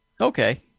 Okay